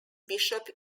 bishop